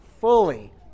fully